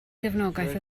gefnogaeth